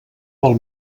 pel